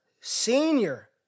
senior